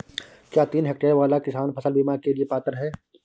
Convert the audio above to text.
क्या तीन हेक्टेयर वाला किसान फसल बीमा के लिए पात्र हैं?